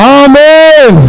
amen